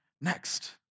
next